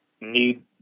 need